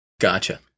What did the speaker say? Gotcha